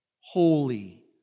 holy